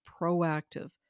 proactive